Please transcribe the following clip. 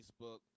Facebook